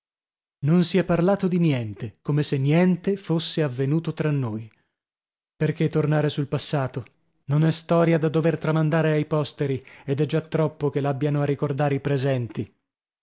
non sì è parlato di niente come se niente fosse avvenuto tra noi perchè tornare sul passato non è storia da dover tramandare ai posteri ed è già troppo che l'abbiano a ricordare i presenti